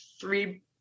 three